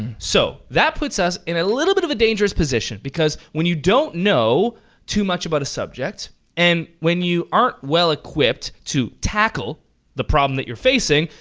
so that puts us in a little bit of a dangerous position because when you don't know too much about a subject and when you aren't well equipped to tackle the problem that you're facing,